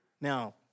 Now